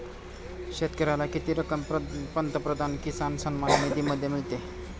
शेतकऱ्याला किती रक्कम पंतप्रधान किसान सन्मान निधीमध्ये मिळते?